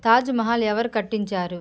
తాజ్మహల్ ఎవరు కట్టించారు